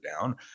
down